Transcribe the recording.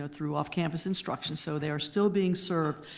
ah through off campus instruction so they are still being served.